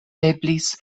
eblis